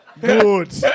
Good